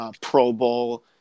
pro-bowl